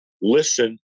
listen